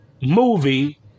movie